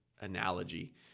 analogy